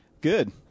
Good